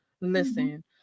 Listen